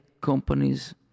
companies